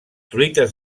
truites